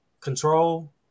control